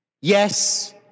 Yes